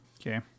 Okay